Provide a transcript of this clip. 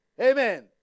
Amen